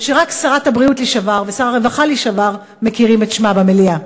שרק שרת הבריאות לעבר ושר הרווחה לשעבר מכירים את שמה במליאה.